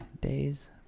days